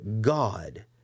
God